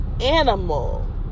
animal